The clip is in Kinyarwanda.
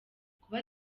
kuba